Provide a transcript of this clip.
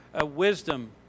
wisdom